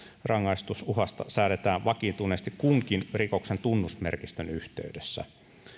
rangaistusuhasta säädetään vakiintuneesti kunkin rikoksen tunnusmerkistön yhteydessä